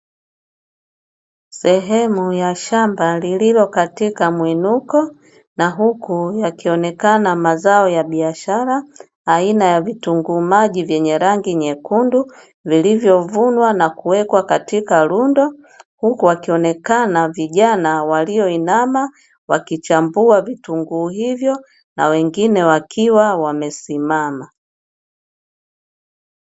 Sehemu ya shamba lililo katika muinuko na huku yakionekana mazao ya biashara aina ya vitunguu maji vyenye rangi nyekundu vilivyovunwa na kuwekwa katika rundo, huku akionekana vijana walioinama wakichambua vitunguu hivyo na wengine wakiwa wamesimama.